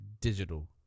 digital